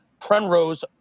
Prenrose